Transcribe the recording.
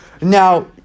Now